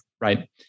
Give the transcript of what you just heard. right